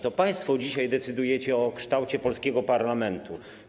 To państwo dzisiaj decydujecie o kształcie polskiego parlamentu.